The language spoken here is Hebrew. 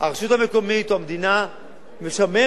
הרשות המקומית או המדינה משמרת